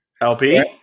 LP